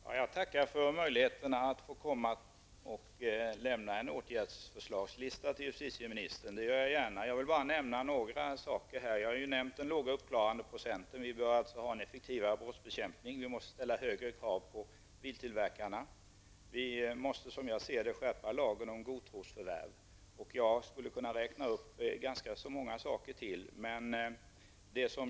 Fru talman! Jag tackar för möjligheterna att få lämna en åtgärdsförslagslista till justitieministern. Det gör jag gärna. Jag vill nämna ytterligare några saker. Jag har ju redan nämnt den låga uppklarandeprocenten. Vi bör alltså ha en effektivare brottsbekämpning, och vi måste ställa högre krav på biltillverkarna. Vi måste, som jag ser det, skärpa lagen om godtrosförvärv. Jag skulle också kunna räkna upp ganska många andra saker.